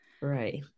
Right